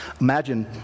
Imagine